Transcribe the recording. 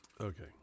Okay